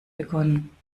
begonnen